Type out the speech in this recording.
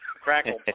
Crackle